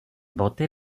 boty